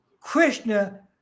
Krishna